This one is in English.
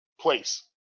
place